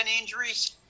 injuries